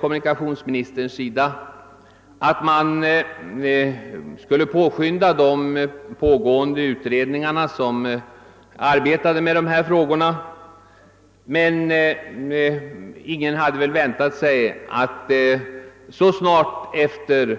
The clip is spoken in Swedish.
Kommunikationsministern gjorde då klart att de utredningar om dessa frågor som pågår skulle påskyndas, men ingen hade väl väntat att en taxehöjning skulle föreslås så snart efter